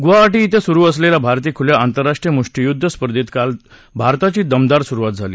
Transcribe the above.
गुवाहाटी इथं सुरु असलेल्या भारतीय खुल्या आंतरराष्ट्रीय मृष्टीयुद्ध स्पर्धेत काल भारताची दमदार सुरुवात झाली